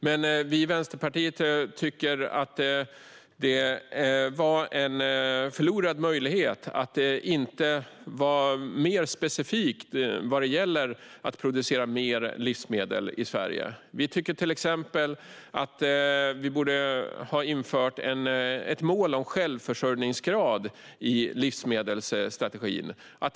Men vi i Vänsterpartiet tycker att det var en förlorad möjlighet att inte vara mer specifik när det handlar om att producera mer livsmedel i Sverige. Vi tycker till exempel att vi borde ha infört ett mål om självförsörjningsgrad i livsmedelsstrategin.